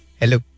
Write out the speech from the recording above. Hello